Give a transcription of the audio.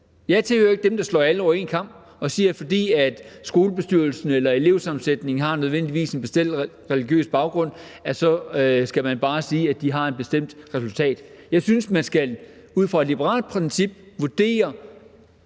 Jeg tilhører ikke dem, der skærer alle over en kam, og siger, at man, fordi skolebestyrelsen eller elevsammensætningen har en bestemt religiøs baggrund, bare kan sige, at de får et bestemt resultat. Jeg synes, at man ud fra et liberalt princip skal vurdere